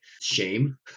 shame